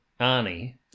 Arnie